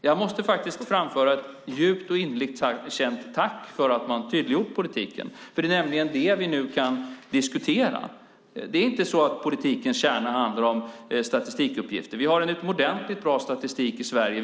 Jag måste faktiskt framföra ett djupt och innerligt tack för att man tydliggjort politiken. För det är nämligen det vi nu kan diskutera. Det är inte så att politikens kärna handlar om statistikuppgifter. Vi har en utomordentligt bra statistik i Sverige.